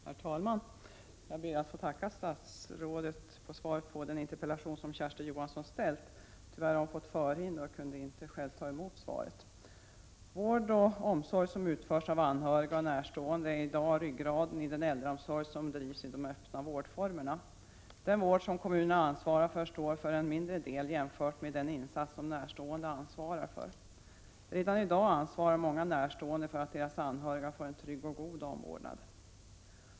Herr talman! Jag ber att få tacka statsrådet för svaret på den interpellation som Kersti Johansson har ställt. Tyvärr har hon fått förhinder och kan inte själv ta emot svaret. Vård och omsorg som utförs av anhöriga och närstående är i dag ryggraden i den äldreomsorg som drivs i de öppna vårdformerna. Den vård som kommunerna ansvarar för står för en mindre del jämfört med den insats som närstående ansvarar för. Redan i dag ansvarar många närstående för att deras anhöriga får en trygg och god omvårdnad.